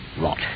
Rot